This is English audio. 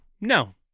No